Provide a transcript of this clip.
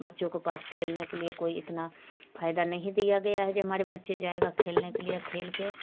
बच्चों को पास खेलने के लिए कोई इतना फ़ायदा नहीं दिया गया है जो हमारे बच्चे जाएंगे खेलने के लिए खेल के